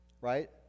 right